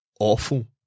Awful